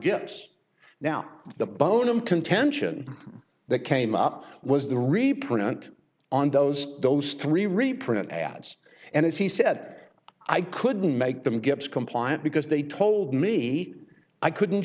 guess now the bone of contention that came up was the reprint on those those three reprint ads and he said i couldn't make them gibbs compliant because they told me i couldn't